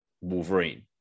Wolverine